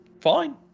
fine